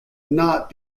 not